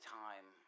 time